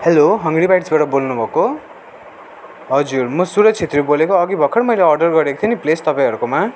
हलो hungry बाइट्सबाट बोल्नुभएको हजुर म सुरज छेत्री बोलेको अघि भर्खरै मैले अर्डर गरेको थिएँ नि प्लेस तपाईँहरूकोमा